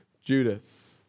Judas